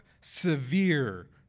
severe